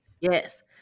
Yes